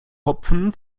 hopfen